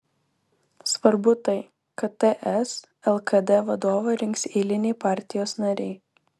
svarbu tai kad ts lkd vadovą rinks eiliniai partijos nariai